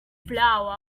flour